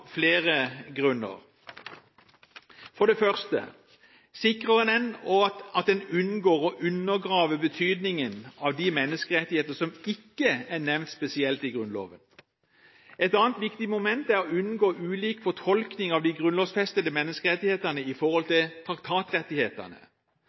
flere grunner. For det første sikrer den at en unngår å undergrave betydningen av de menneskerettigheter som ikke er nevnt spesielt i Grunnloven. Et annet viktig moment er å unngå ulik fortolkning av de grunnlovfestede menneskerettighetene i forhold